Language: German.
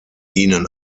ihnen